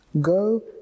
Go